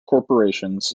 corporations